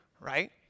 right